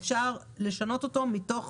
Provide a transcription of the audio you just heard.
אפשר לשנות אותו מתוך